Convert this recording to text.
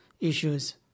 issues